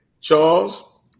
Charles